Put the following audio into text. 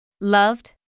Loved